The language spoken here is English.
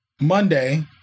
Monday